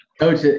Coach